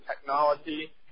technology